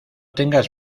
tengas